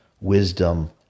wisdom